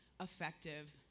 effective